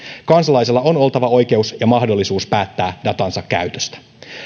kansalaisella on oltava oikeus ja mahdollisuus päättää datansa käytöstä